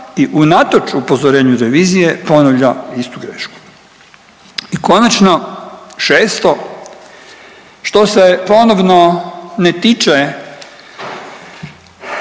i unatoč upozorenju revizije ponavlja istu grešku. I konačno 6., što se ponovno ne tiče